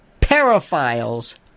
paraphiles